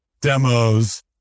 demos